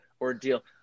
ordeal